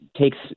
takes